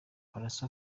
pallaso